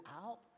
out